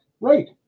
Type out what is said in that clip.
Right